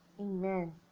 amen